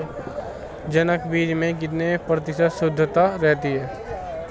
जनक बीज में कितने प्रतिशत शुद्धता रहती है?